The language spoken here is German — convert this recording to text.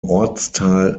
ortsteil